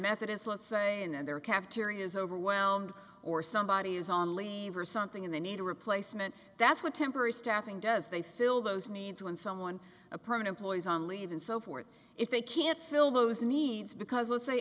methodist let's say in their cafeterias overwhelmed or somebody is on leave or something and they need a replacement that's what temporary staffing does they fill those needs when someone a permanent poison leave and so forth if they can't fill those needs because let's say